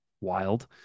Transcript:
wild